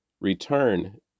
return